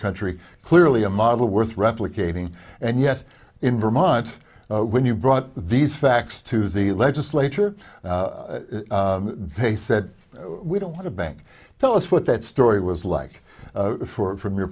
country clearly a model worth replicating and yet in vermont when you brought these facts to the legislature they said we don't want a bank tell us what that story was like for from your